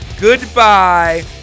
Goodbye